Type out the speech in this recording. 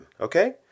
okay